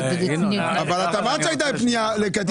את אמרת שהייתה פנייה לקטין.